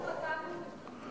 רשום בטאבו.